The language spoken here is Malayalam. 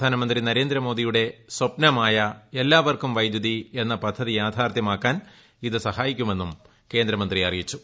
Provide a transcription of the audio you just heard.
പ്രധാനമന്ത്രി നരേന്ദ്രമോദിയുടെ സ്വപ്നമായ എല്ലാവർക്കും വൈദ്യുതി എന്ന പദ്ധതി യാഥാർത്ഥ്യമാക്കാൻ ഇത് സഹായിക്കുമെന്നും കേന്ദ്രമന്ത്രി അറിയിച്ചു